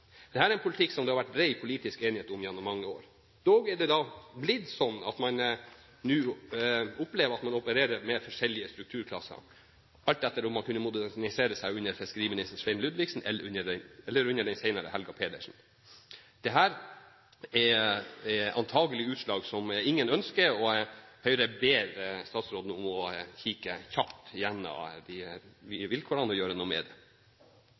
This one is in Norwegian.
er en politikk det har vært bred politisk enighet om gjennom mange år. Dog er det blitt sånn at man nå opplever at man opererer med forskjellige strukturklasser, alt etter om man kunne modernisere seg under fiskeriminister Svein Ludvigsen eller under den senere ministeren Helga Pedersen. Dette er antakelig utslag som ingen ønsker, og Høyre ber statsråden om å kikke kjapt gjennom de nye vilkårene og gjøre noe med dem. Det